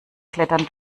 klettern